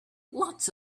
lots